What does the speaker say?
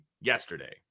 yesterday